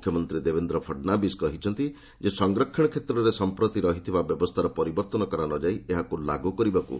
ମୁଖ୍ୟମନ୍ତ୍ରୀ ଦେବେନ୍ଦ୍ର ଫଡ୍ନାବିଶ କହିଛନ୍ତି ଯେ ସଂରକ୍ଷଣ କ୍ଷେତ୍ରରେ ସମ୍ପ୍ରତି ରହିଥିବା ବ୍ୟବସ୍ଥାର ପରିବର୍ତ୍ତନ କରା ନ ଯାଇ ଏହାକୁ ଲାଗୁ କରିବାକୁ